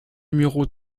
numéro